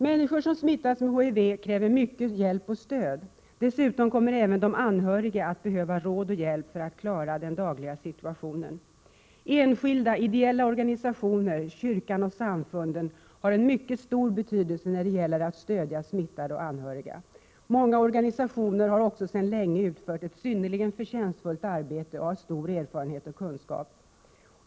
Människor som smittats med HIV kräver mycket hjälp och stöd. Även de anhöriga kommer att behöva råd och hjälp för att klara den dagliga situationen. Enskilda, ideella organisationer, kyrkan och samfunden har en mycket stor betydelse när det gäller att stödja smittade och deras anhöriga. Många organisationer utför också sedan länge ett synnerligen förtjänstfullt arbete, och de har stor erfarenhet och kunskap.